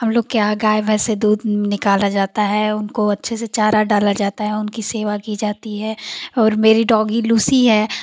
हम लोग के यहाँ गाय भैंस से दूध निकाला जाता है उनको अच्छे से चारा डाला जाता है उनकी सेवा की जाती है और मेरी डोगी लूसी है